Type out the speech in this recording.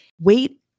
wait